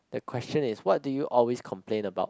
the question is what do you always complain about